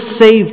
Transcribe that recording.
saved